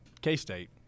K-State